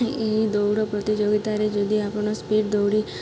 ଏହି ଦୌଡ଼ ପ୍ରତିଯୋଗିତାରେ ଯଦି ଆପଣ ସ୍ପିଡ଼୍ ଦୌଡ଼ି